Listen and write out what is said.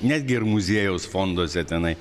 netgi ir muziejaus fonduose tenai